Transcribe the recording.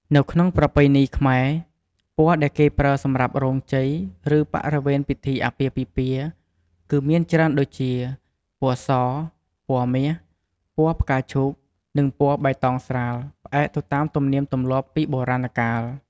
នៅក្នុងប្រពៃណីខ្មែរ ពណ៌ដែលគេប្រើសម្រាប់រោងជ័យ ឬបរិវេណពិធីអាពាហ៍ពិពាហ៍ គឺមានច្រើនដូចជា ពណ៌ស, ពណ៌មាស, ពណ៌ផ្កាឈូក, និង ពណ៌បៃតងស្រាល ផ្នែកទៅតាមទំនៀមទម្លាប់ពីបុរាណកាល។